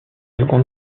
seconde